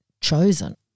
chosen